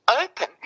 open